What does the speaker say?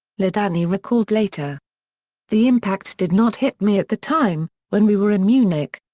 ladany recalled later the impact did not hit me at the time, when we were in munich.